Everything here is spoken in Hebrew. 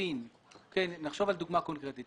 נחשוב על דוגמה קונקרטית.